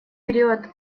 период